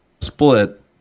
split